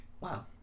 Wow